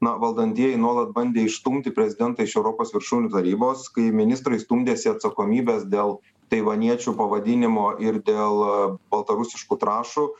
na valdantieji nuolat bandė išstumti prezidentą iš europos viršūnių tarybos kai ministrai stumdėsi atsakomybės dėl taivaniečių pavadinimo ir dėl baltarusiškų trąšų